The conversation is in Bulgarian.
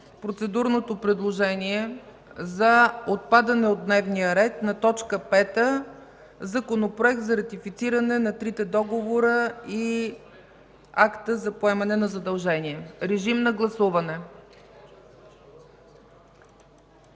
процедурното предложение за отпадане от дневния ред на точка пета – Законопроект за ратифициране на трите договора и Акта за поемане на задължения. Гласували